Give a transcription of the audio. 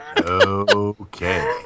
Okay